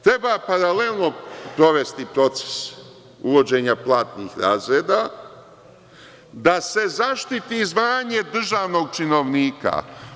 Treba paralelno sprovesti proces uvođenja platnih razreda, da se zaštiti zvanje državnog činovnika.